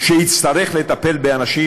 שיצטרך לטפל באנשים,